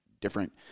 different